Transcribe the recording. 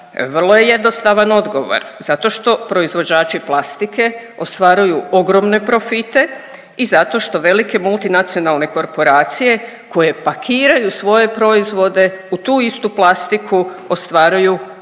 Vrlo je jednostavan odgovor, zato što proizvođači plastike ostvaruju ogromne profite i zato što velike multinacionalne korporacije koje pakiraju svoje proizvode u tu istu plastiku ostvaruju velike